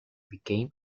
became